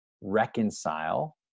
reconcile